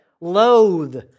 loathe